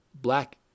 Black